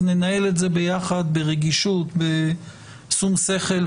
אז ננהל את זה ביחד ברגישות, בשום שכל.